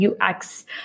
UX